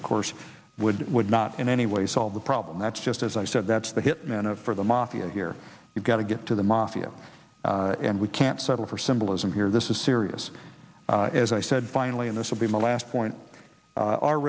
of course would would not in any way solve the problem that's just as i said that's the hitman for the mafia here you've got to get to the mafia and we can't settle for symbolism here this is serious as i said finally and this will be my last point